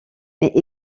mais